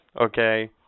okay